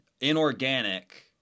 inorganic